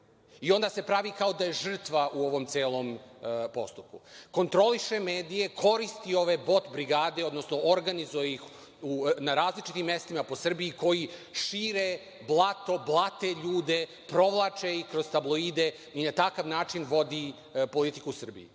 i onda se pravi kao da je žrtva u ovom celom postupku. Kontroliše medije, koristi ove bot brigade, odnosno organizuje ih na različitim mestima po Srbiji koji šire blato, blate ljude, provlače ih kroz tabloide i na takav način vodi politiku u Srbiji.